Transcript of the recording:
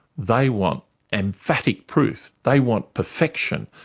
they want emphatic proof. they want perfection.